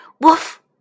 Woof